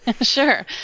Sure